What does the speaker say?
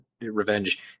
Revenge